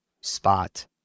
spot